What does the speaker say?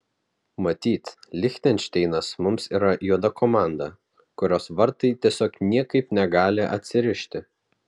matyt lichtenšteinas mums yra juoda komanda kurios vartai tiesiog niekaip negali atsirišti